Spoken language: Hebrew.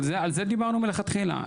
על זה דיברנו מלכתחילה.